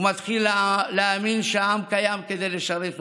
מתחיל להאמין שהעם קיים כדי לשרת אותו?